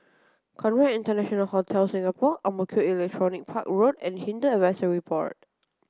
Conrad International Hotel Singapore Ang Mo Kio Electronics Park Road and Hindu Advisory Board